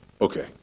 Okay